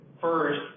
First